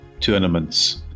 tournaments